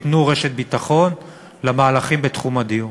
ניתן רשת ביטחון למהלכים בתחום הדיור.